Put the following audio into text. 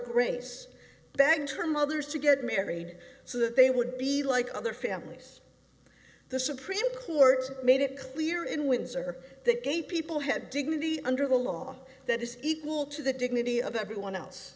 grace begged her mothers to get married so that they would be like other families the supreme court made it clear in windsor that gay people have dignity under the law that is equal to the dignity of everyone else